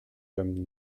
comme